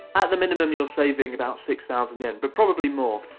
at the minimum you're saving about six thousand yen, but probably more!